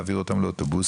להעביר אותם לאוטובוסים,